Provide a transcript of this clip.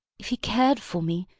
if he cared for me,